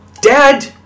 Dad